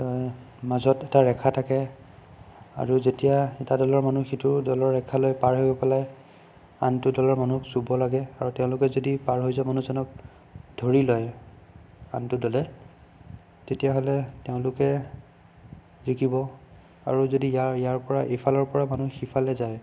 মাজত এটা ৰেখা থাকে আৰু যেতিয়া এটা দলৰ মানুহ সিটো দলৰ ৰেখালৈ পাৰ হৈ পেলাই আনটো দলৰ মানুহক চুব লাগে আৰু তেওঁলোকে যদি পাৰ হৈ যোৱা মানুহজনক ধৰি লয় আনটো দলে তেতিয়াহ'লে তেওঁলোকে জিকিব আৰু যদি ইয়াৰ ইয়াৰপৰা এইফালৰ পৰা মানুহ সিফালে যায়